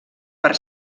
per